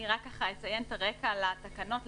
אני אציין את הרקע לתקנות,